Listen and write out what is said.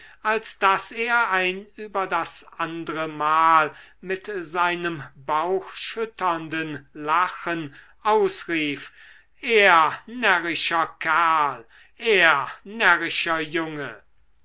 als daß er ein über das andre mal mit seinem bauchschütternden lachen ausrief er närrischer kerl er närrischer junge